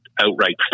outright